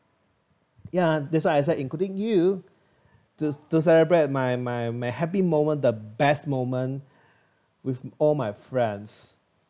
ya that's why I said including you to to celebrate my my my happy moment the best moment with all my friends